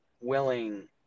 willing